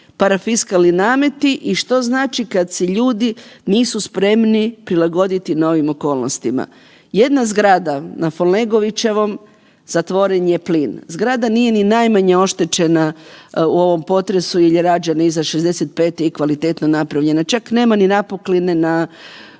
parafiskalni nameti i što znači kad se ljudi nisu spremni prilagoditi novim okolnostima. Jedna zgrada na Folnegovićevom, zatvoren je plin. Zgrada nije ni najmanje oštećena u ovom potresu jel je rađena iza '65. i kvalitetno napravljena, čak nema ni napukline na,